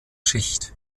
schicht